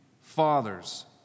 Fathers